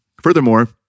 Furthermore